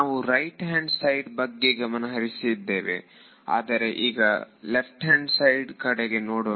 ನಾವು right hand side ಬಗ್ಗೆ ಗಮನ ಹರಿಸಿದ್ದೇವೆ ಆದರೆ ಈಗ ಲೆಫ್ಟ್ ಹ್ಯಾಂಡ್ ಸೈಡ್ ಕಡೆಗೆ ನೋಡೋಣ